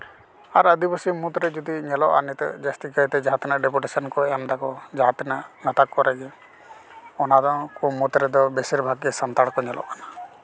ᱟᱨ ᱟᱹᱫᱤᱵᱟᱹᱥᱤ ᱢᱩᱫᱽᱨᱮ ᱡᱚᱫᱚ ᱧᱮᱞᱚᱜᱼᱟ ᱱᱤᱛᱚᱜ ᱡᱟᱹᱥᱛᱤ ᱠᱟᱭᱛᱮ ᱡᱟᱦᱟᱸ ᱛᱤᱱᱟᱹᱜ ᱰᱮᱯᱩᱴᱮᱥᱮᱱ ᱠᱚ ᱮᱢ ᱫᱟᱠᱚ ᱡᱟᱦᱟᱸ ᱛᱤᱱᱟᱹᱜ ᱜᱟᱛᱟᱠ ᱠᱚᱨᱮ ᱜᱮ ᱚᱱᱟ ᱫᱚ ᱠᱩᱢᱩᱫ ᱨᱮᱫᱚ ᱵᱮᱥᱤᱨ ᱵᱷᱟᱜᱽ ᱜᱮ ᱥᱟᱱᱛᱟᱲ ᱠᱚ ᱧᱮᱞᱚᱜ ᱠᱟᱱᱟ